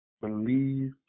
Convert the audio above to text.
believe